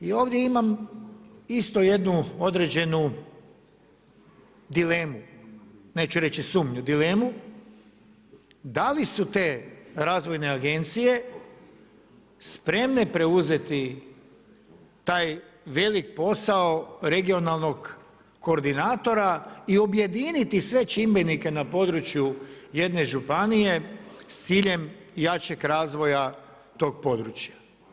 I ovdje imam isto jednu određenu dilemu, neću reći sumnju dilemu, da li su te razvojne agencije spremne preuzeti taj veliki posao regionalnog koordinatora i objediniti sve čimbenike na području jedne županije s ciljem jačeg razvoja tog područja.